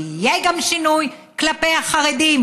ויהיה שינוי גם כלפי החרדים,